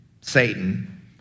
Satan